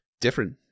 different